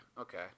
okay